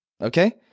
okay